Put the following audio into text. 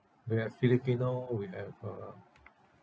we have filipino we have uh